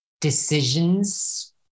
decisions